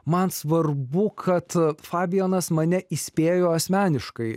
man svarbu kad fabijonas mane įspėjo asmeniškai